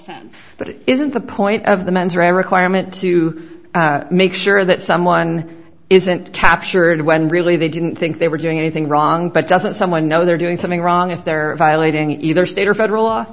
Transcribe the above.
offense but it isn't the point of the mens rea requirement to make sure that someone isn't captured when really they didn't think they were doing anything wrong but doesn't someone know they're doing something wrong if they're violating either state or federal law